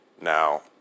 Now